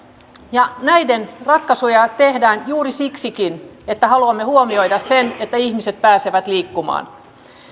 näitä ratkaisuja tehdään juuri siksikin että haluamme huomioida sen että ihmiset pääsevät liikkumaan